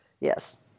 yes